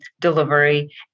delivery